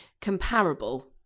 comparable